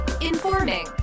Informing